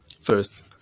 First